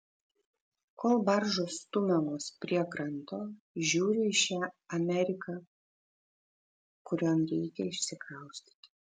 kol baržos stumiamos prie kranto žiūriu į šią ameriką kurion reikia išsikraustyti